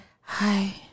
Hi